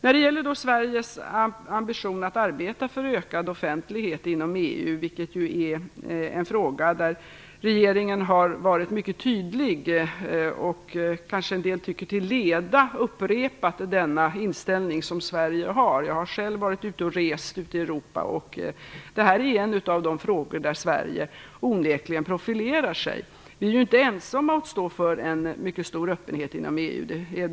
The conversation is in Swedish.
Vad gäller Sveriges ambition att arbeta för ökad offentlighet inom EU är det en fråga där regeringen har varit mycket tydlig och kanske till leda upprepat den inställning som Sverige har. Jag har själv rest ute i Europa. Det här är en av de frågor där Sverige onekligen profilerar sig. Vi är inte ensamma om att stå för en mycket stor öppenhet inom EU.